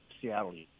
Seattle